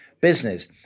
business